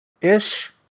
ish